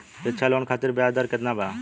शिक्षा लोन खातिर ब्याज दर केतना बा?